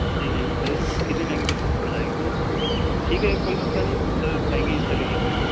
جی جی سر کتنی مہنگی پڑ جائے گی سر ٹھیک ہے کوئی مسئلہ نہیں سر مہنگی چلے گی اپنے کو